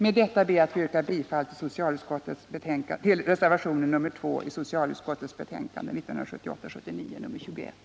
Med detta ber jag att få yrka bifall till reservationen 2 i socialutskottets betänkande 1978/79:21.